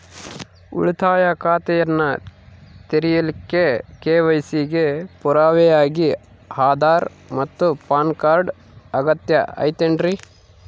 ಉಳಿತಾಯ ಖಾತೆಯನ್ನ ತೆರಿಲಿಕ್ಕೆ ಕೆ.ವೈ.ಸಿ ಗೆ ಪುರಾವೆಯಾಗಿ ಆಧಾರ್ ಮತ್ತು ಪ್ಯಾನ್ ಕಾರ್ಡ್ ಅಗತ್ಯ ಐತೇನ್ರಿ?